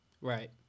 Right